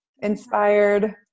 Inspired